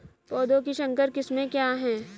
पौधों की संकर किस्में क्या हैं?